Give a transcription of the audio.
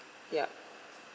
yup